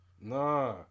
Nah